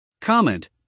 Comment